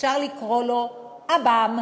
אפשר לקרוא לו עב"ם,